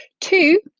two